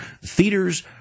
Theaters